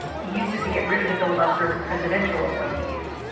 he used it to get rid of the filibuster for presidential appointees.